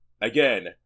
again